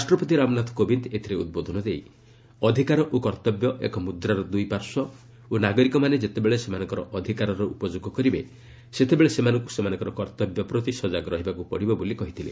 ରାଷ୍ଟ୍ରପତି ରାମନାଥ କୋବିନ୍ଦ ଏଥିରେ ଉଦ୍ବୋଧନ ଦେଇ ଅଧିକାର ଓ କର୍ତ୍ତବ୍ୟ ଏକ ମୁଦ୍ରାର ଦୂଇ ପାର୍ଶ୍ୱ ଓ ନାଗରିକମାନେ ଯେତେବେଳେ ସେମାନଙ୍କର ଅଧିକାରର ଉପଯୋଗ କରିବେ ସେତେବେଳେ ସେମାନଙ୍କୁ ସେମାନଙ୍କର କର୍ତ୍ତବ୍ୟ ପ୍ରତି ସଜାଗ ରହିବାକୁ ପଡ଼ିବ ବୋଲି କହିଥିଲେ